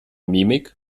mimik